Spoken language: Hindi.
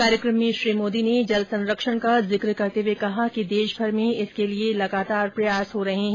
कार्यक्रम में श्री मोदी ने जल संरक्षण का जिक्र करते हुए कहा कि देशभर में इसके लिए लगातार प्रयास हो रहे है